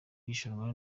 irushanwa